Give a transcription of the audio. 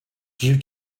due